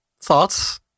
thoughts